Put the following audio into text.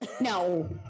No